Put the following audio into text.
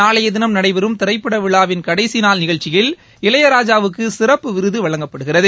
நாளையதினம் நடைபெறும் திரைப்பட விழாவின் கடைசிநாள் நிகழ்ச்சியில் இளையராஜாவுக்கு சிறப்பு விருது வழங்கப்படுகிறது